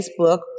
Facebook